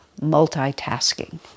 multitasking